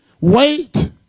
wait